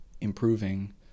improving